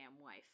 wife